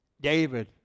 David